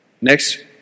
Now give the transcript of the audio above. Next